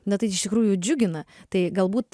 na tai iš tikrųjų džiugina tai galbūt